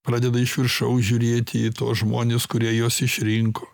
pradeda iš viršaus žiūrėti į tuos žmones kurie juos išrinko